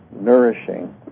nourishing